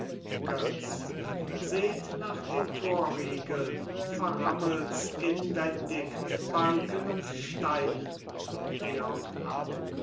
götz seht nach den torriegeln verrammelt's inwendig mit balken und steinen